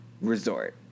resort